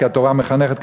כי התורה מחנכת,